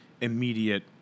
immediate